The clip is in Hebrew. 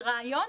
זה רעיון?